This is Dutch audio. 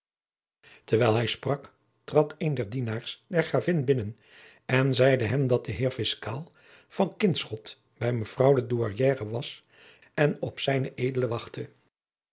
terwijl hij sprak trad een der dienaars der gravin binnen en zeide hem dat de heer fiscaal van kinschot bij mevrouw de douairière was en op z ed wachtte